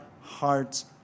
hearts